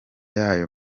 y’ayo